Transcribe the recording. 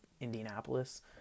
Indianapolis